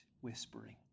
whispering